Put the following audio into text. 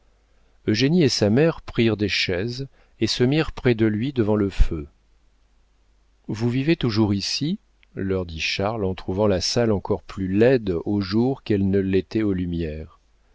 divan eugénie et sa mère prirent des chaises et se mirent près de lui devant le feu vous vivez toujours ici leur dit charles en trouvant la salle encore plus laide au jour qu'elle ne l'était aux lumières